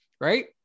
right